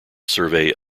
survey